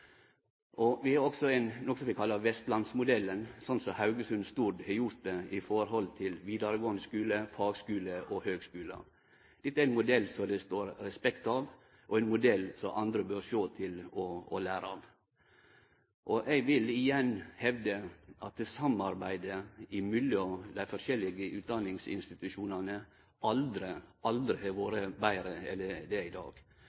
Vi har også noko vi kallar Vestlandsmodellen ved Høgskolen Stord/Haugesund, der dei har eit samarbeid med vidaregåande skular, fagskular og høgskular. Dette er ein modell som det står respekt av, og ein modell som andre bør sjå til og lære av. Eg vil igjen hevde at samarbeidet mellom dei forskjellige utdanningsinstitusjonane aldri har vore betre enn det er i dag.